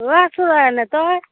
অ' আছোঁ ৰ এনে তই